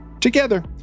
Together